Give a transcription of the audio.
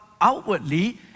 outwardly